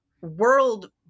world